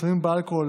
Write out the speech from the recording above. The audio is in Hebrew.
בסמים ובאלכוהול